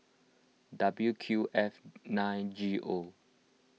W Q F nine G O